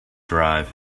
drive